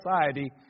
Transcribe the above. society